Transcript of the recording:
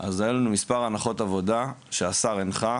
אז היו לנו מספר הנחות עבודה שהשר הנחה